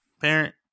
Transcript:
parent